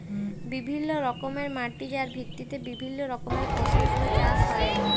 বিভিল্য রকমের মাটি যার ভিত্তিতে বিভিল্য রকমের ফসল গুলা চাষ হ্যয়ে